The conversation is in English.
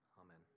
amen